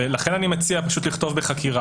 לכן אני מציע לכתוב "בחקירה",